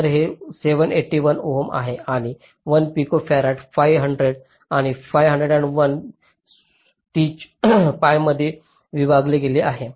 तर हे 781 ओम आहे आणि 1 पिकोफराड 500 आणि 501 स्टिच pi मध्ये विभागले गेले आहे